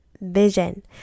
vision